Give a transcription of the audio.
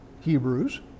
Hebrews